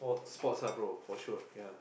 sports lah bro for sure ya